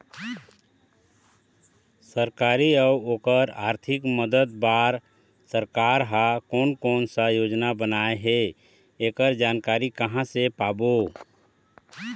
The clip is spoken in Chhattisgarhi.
सरकारी अउ ओकर आरथिक मदद बार सरकार हा कोन कौन सा योजना बनाए हे ऐकर जानकारी कहां से पाबो?